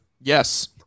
Yes